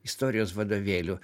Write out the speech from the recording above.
istorijos vadovėlių